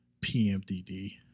PMDD